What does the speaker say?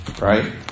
right